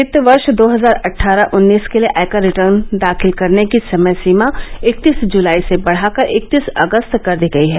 वित्त वर्ष दो हजार अट्ठारह उन्नीस के लिए आयकर रिटर्न दाखिल करने की समय सीमा इकत्तीस जुलाई से बढाकर इकत्तीस अगस्त कर दी गई है